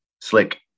slick